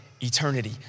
eternity